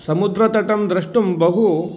समुद्रतटं द्रष्टुं बहु